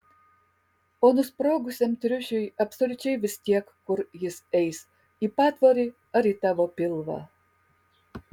o nusprogusiam triušiui absoliučiai vis tiek kur jis eis į patvorį ar į tavo pilvą